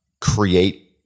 create